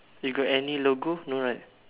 you got any logo no right